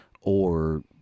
or-